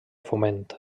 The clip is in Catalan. foment